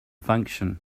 function